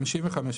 "55.